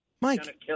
Mike